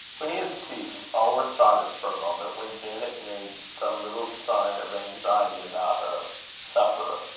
when he had ceased, all were silent for a moment, when janet made some little sign of anxiety about her supper,